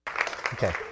okay